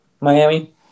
Miami